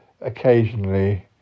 occasionally